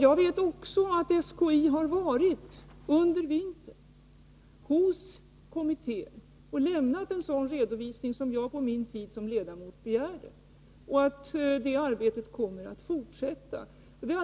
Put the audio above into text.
Jag vet också att SKI under vintern hos kommittén har lämnat en sådan redovisning som jag på min tid som ledamot begärde, och att detta arbete kommer att fortsätta.